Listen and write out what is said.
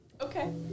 okay